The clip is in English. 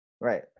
Right